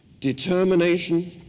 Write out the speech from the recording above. determination